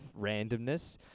randomness